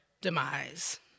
demise